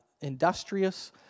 industrious